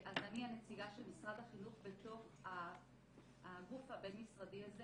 אני הנציגה של משרד החינוך בתוך הגוף הבין-משרדי הזה